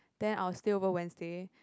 then I will stay over Wednesday